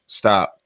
stop